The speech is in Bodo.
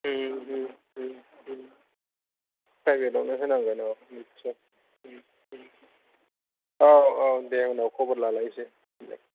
प्राइभेट आवनो होनांगोन औ दे औ औ दे उनाव खबर लालाइसै दे